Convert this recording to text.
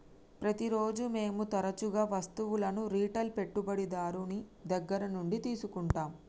ప్రతిరోజు మేము తరచుగా వస్తువులను రిటైల్ పెట్టుబడిదారుని దగ్గర నుండి తీసుకుంటాం